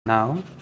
Now